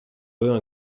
eux